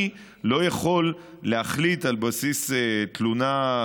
אני לא יכול להחליט על בסיס תלונה,